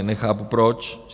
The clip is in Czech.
Nechápu proč?